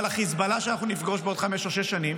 אבל חיזבאללה שאנחנו נפגוש בעוד חמש או שש שנים